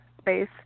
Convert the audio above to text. Space